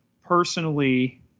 personally